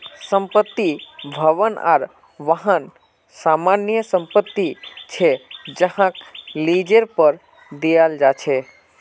संपत्ति, भवन आर वाहन सामान्य संपत्ति छे जहाक लीजेर पर दियाल जा छे